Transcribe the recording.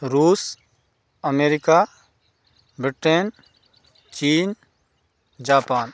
Russia America Britain China Japan